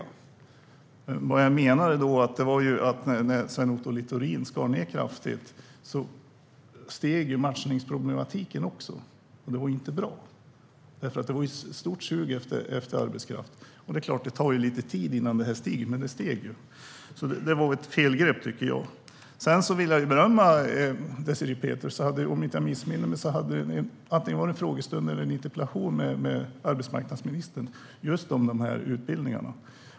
Men vad jag menade var: När Sven Otto Littorin skar ned kraftigt ökade matchningsproblematiken. Det var inte bra. Det var ett stort sug efter arbetskraft. Det är klart att det tog lite tid innan det här ökade, men det ökade. Det var alltså ett felgrepp, tycker jag. Sedan vill jag berömma Désirée Pethrus. Om jag inte missminner mig hade hon en debatt, antingen under en frågestund eller under en interpellationsdebatt, med arbetsmarknadsministern om just de här utbildningarna.